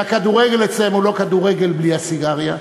והכדורגל אצלם הוא לא כדורגל בלי הסיגריה,